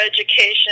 education